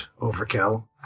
overkill